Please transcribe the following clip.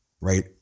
right